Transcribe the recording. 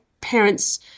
parents